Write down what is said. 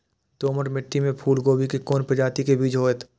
दोमट मिट्टी में फूल गोभी के कोन प्रजाति के बीज होयत?